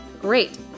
Great